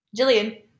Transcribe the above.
Jillian